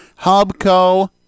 Hubco